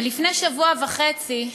ולפני שבוע וחצי,